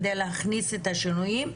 כדי להכניס את השינויים האלה.